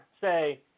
say